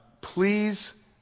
please